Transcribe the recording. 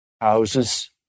houses